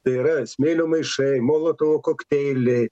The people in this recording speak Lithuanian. tai yra smėlio maišai molotovo kokteiliai